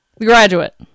Graduate